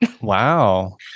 Wow